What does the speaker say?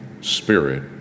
spirit